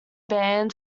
banned